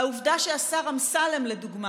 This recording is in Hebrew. העובדה שהשר אמסלם, לדוגמה,